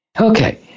Okay